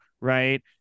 right